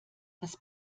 das